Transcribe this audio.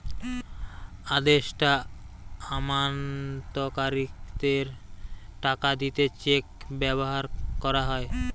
আদেষ্টা আমানতকারীদের টাকা দিতে চেক ব্যাভার কোরা হয়